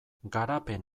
garapen